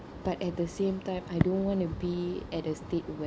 but at the same time I don't want to be at the state where